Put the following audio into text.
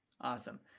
Awesome